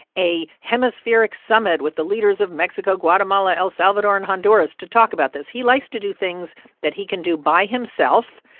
a hemispheric summit with the leaders of mexico, guatemala, el salvador and honduras to talk about this. he likes to do things that he can do by himself.